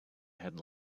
had